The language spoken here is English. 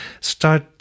Start